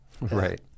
Right